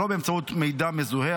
שלא באמצעות מידע מזוהה,